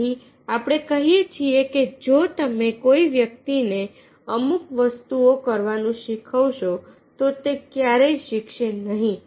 તેથી આપણે કહીએ છીએ કે જો તમે કોઈ વ્યક્તિને અમુક વસ્તુઓ કરવાનું શીખવશો તો તે ક્યારેય શીખશે નહીં